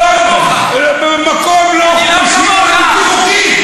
אבל זו לא הפעם הראשונה שהשר, אציע כלכלה.